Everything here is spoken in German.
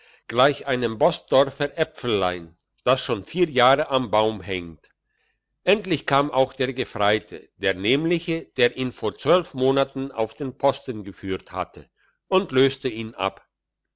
gleich einem borstdorfer äpfelein das schon vier jahre am baum hängt endlich kam auch der gefreite der nämliche der ihn vor zwölf monaten auf den posten geführt hatte und löste ihn ab